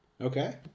Okay